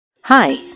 Hi